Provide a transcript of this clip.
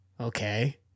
okay